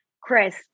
Chris